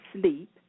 sleep